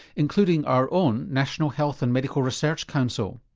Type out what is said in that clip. including our own national health and medical research council.